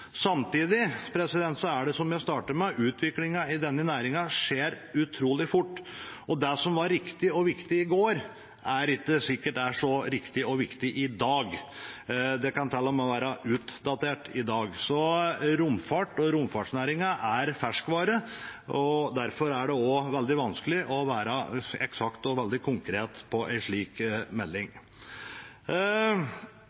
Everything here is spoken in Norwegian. Samtidig er det, som jeg startet med, slik at utviklingen i denne næringen skjer utrolig fort, og det som var riktig og viktig i går, er det ikke sikkert er så riktig og viktig i dag. Det kan til og med være utdatert i dag. Romfart og romfartsnæringen er ferskvare, derfor er det også veldig vanskelig å være eksakt og veldig konkret i en slik melding.